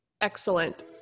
Excellent